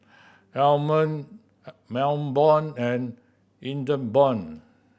Almond Melbourne and Ingeborg